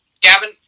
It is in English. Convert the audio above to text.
Gavin